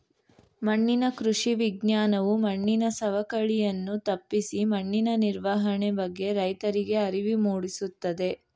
ಮಣ್ಣಿನ ಕೃಷಿ ವಿಜ್ಞಾನವು ಮಣ್ಣಿನ ಸವಕಳಿಯನ್ನು ತಪ್ಪಿಸಿ ಮಣ್ಣಿನ ನಿರ್ವಹಣೆ ಬಗ್ಗೆ ರೈತರಿಗೆ ಅರಿವು ಮೂಡಿಸುತ್ತದೆ